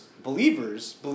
Believers